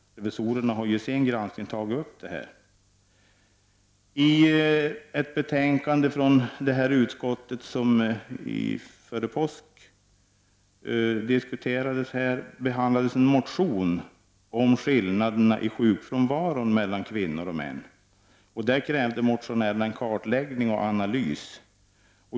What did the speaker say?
Revisorerna har i sin granskning tagit upp detta. I ett betänkande från socialförsäkringsutskottet som diskuterades före påsk behandlades en motion om skillnaderna i sjukfrånvaron mellan kvinnor och män. Motionärerna krävde en kartläggning och en analys.